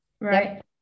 right